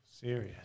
Serious